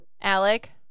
Alec